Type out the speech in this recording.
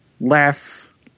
laugh